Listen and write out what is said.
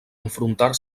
enfrontar